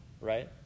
right